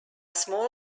small